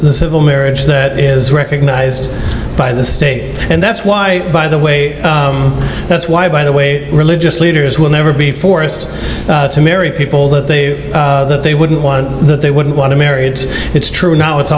the civil marriage that is recognized by the state and that's why by the way that's why by the way religious leaders will never be forced to marry people that they that they wouldn't want that they wouldn't want to marry it's true or not it's